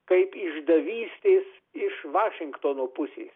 kaip išdavystės iš vašingtono pusės